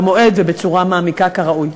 במועד ובצורה מעמיקה כראוי.